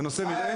בנושא מרעה?